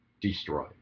Destroy